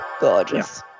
gorgeous